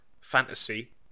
Fantasy